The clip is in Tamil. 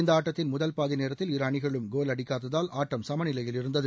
இந்த ஆட்டத்தின் முதல் பாதி நேரத்தில் இரு அணிகளும் கோல் அடிக்காததால் ஆட்டம் சம நிலையில் இருந்தது